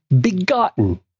begotten